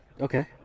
Okay